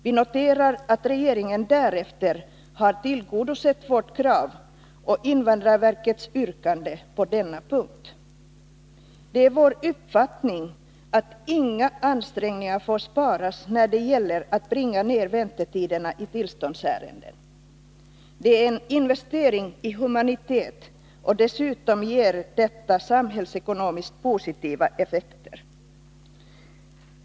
Vi noterar att regeringen därefter har tillgodosett vårt krav och invandrarverkets yrkande på denna punkt. Det är vår uppfattning att inga ansträngningar får sparas när det gäller att bringa ned väntetiderna i tillståndsärenden. Det är en investering i humanitet som dessutom ger samhällsekonomiskt positiva effekter.